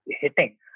hitting